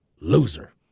Loser